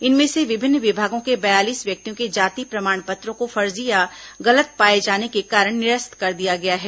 इनमें से विभिन्न विभागों के बयालीस व्यक्तियों के जाति प्रमाण पत्रों को फर्जी या गलत पाए जाने के कारण निरस्त कर दिया गया है